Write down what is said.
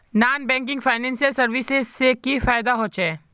Non banking financial services से की फायदा होचे?